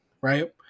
Right